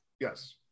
Yes